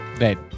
Right